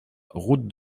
route